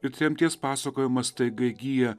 ir tremties pasakojimas staiga įgyja